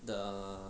the